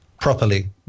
Properly